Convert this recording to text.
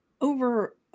Over